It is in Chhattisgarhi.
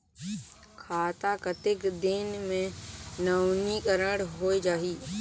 खाता कतेक दिन मे नवीनीकरण होए जाहि??